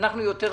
אנחנו יותר מכם.